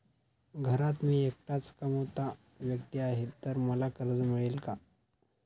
घरात मी एकटाच कमावता व्यक्ती आहे तर मला कर्ज मिळेल का?